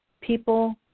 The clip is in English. People